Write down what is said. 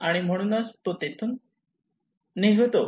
आणि म्हणून तो तेथून निघतो